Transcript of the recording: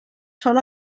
sol